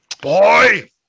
Boy